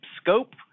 scope